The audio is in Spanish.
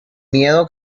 miedo